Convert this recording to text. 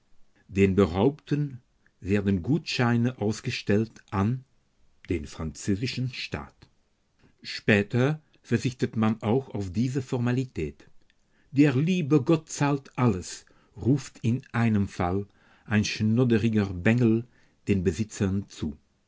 den beraubten werden gutscheine ausgestellt an den französischen staat später verzichtet man auch auf diese formalität der liebe gott zahlt alles ruft in einem fall ein schnodderiger bengel den besitzern zu